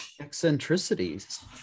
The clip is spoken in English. eccentricities